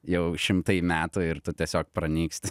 jau šimtai metų ir tu tiesiog pranyksti